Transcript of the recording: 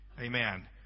Amen